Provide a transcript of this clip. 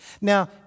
Now